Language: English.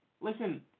listen